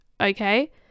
Okay